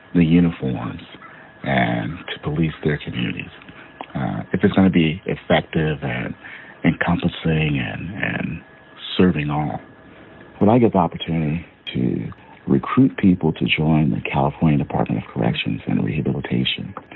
the uniforms and to police their communities if it's going to be effective and and compensating and serving all when i get the opportunity to recruit people to join the california department of corrections and rehabilitation